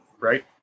right